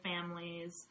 families